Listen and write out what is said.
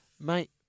Mate